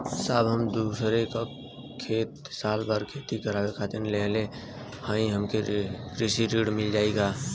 साहब हम दूसरे क खेत साल भर खेती करावे खातिर लेहले हई हमके कृषि ऋण मिल जाई का?